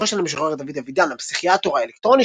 ספרו של המשורר דוד אבידן "הפסיכיאטור האלקטרוני